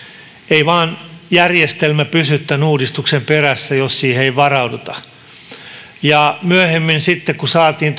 ei vaan järjestelmä pysy tämän uudistuksen perässä jos siihen ei varauduta myöhemmin sitten kun saatiin